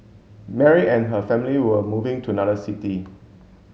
Mary and her family were moving to another city